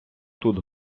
тут